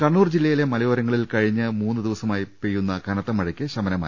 കണ്ണൂർ ജില്ലയിലെ മലയോരങ്ങളിൽ കഴിഞ്ഞ മൂന്ന് ദിവസമായി പെയ്യുന്ന കനത്ത മഴയ്ക്ക് ശമനമായി